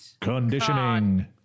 conditioning